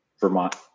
Vermont